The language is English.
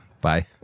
Bye